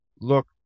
look